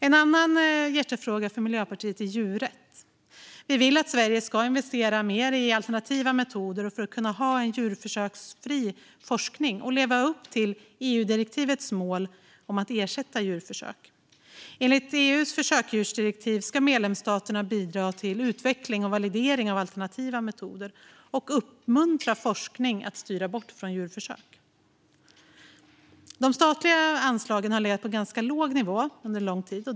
En annan hjärtefråga för Miljöpartiet är djurrätt. Vi vill att Sverige ska investera mer i alternativa metoder för att kunna ha en djurförsöksfri forskning och leva upp till EU-direktivets mål om att ersätta djurförsök. Enligt EU:s försöksdjursdirektiv ska medlemsstaterna bidra till utveckling och validering av alternativa metoder och uppmuntra forskningen att styra bort från djurförsök. De statliga anslagen har legat på ganska låg nivå under lång tid.